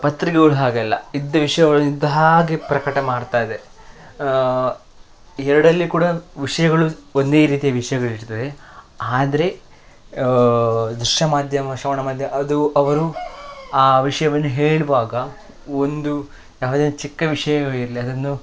ಪತ್ರಿಕೆಗಳು ಹಾಗೆ ಅಲ್ಲ ಇದ್ದ ವಿಷಯಗಳನ್ನು ಇದ್ದ ಹಾಗೆ ಪ್ರಕಟ ಮಾಡ್ತಾ ಇದೆ ಎರಡಲ್ಲಿ ಕೂಡ ವಿಷಯಗಳು ಒಂದೇ ರೀತಿಯಗಳಲ್ಲಿ ವಿಷಯಗಳಿರ್ತದೆ ಆದರೆ ದೃಶ್ಯ ಮಾಧ್ಯಮ ಶ್ರವಣ ಮಾಧ್ಯಮ ಅದು ಅವರು ಆ ವಿಷಯವನ್ನು ಹೇಳುವಾಗ ಒಂದು ಯಾವುದೇ ಚಿಕ್ಕ ವಿಷಯಗಳಿರಲಿ ಅದನ್ನು